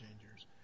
changers